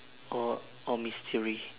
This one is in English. or or mystery